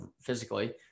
physically